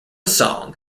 song